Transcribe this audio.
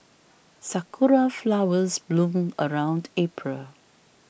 sakura flowers bloom around April